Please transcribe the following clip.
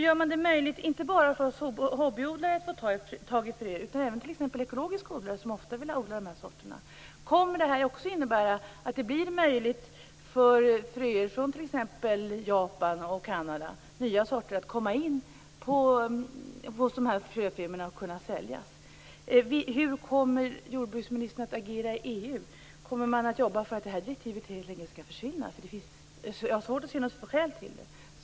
Gör man det möjligt inte bara för hobbyodlare att få tag i frö utan även för t.ex. ekologiska odlare, som ofta vill odla de här sorterna? Kommer det också att bli möjligt för nya frösorter t.ex. från Japan och Kanada att komma in på fröfirmorna och säljas av dem? Hur kommer jordbruksministern att agera i EU? Kommer man att arbeta för att det här direktivet helt enkelt skall försvinna? Jag har svårt att se något skäl till direktivet.